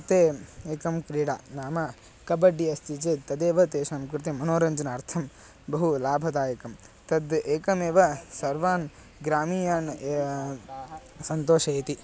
ते एका क्रीडा नाम कब्बड्डि अस्ति चेत् तदेव तेषां कृते मनोरञ्जनार्थं बहु लाभदायकं तद् एका एव सर्वान् ग्रामीयान् सन्तोषयति